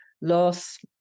loss